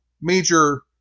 major